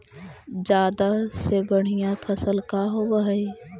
जादा के सबसे बढ़िया फसल का होवे हई?